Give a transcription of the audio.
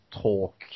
talk